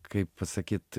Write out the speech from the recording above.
kaip pasakyt